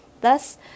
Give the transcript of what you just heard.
Thus